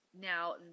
Now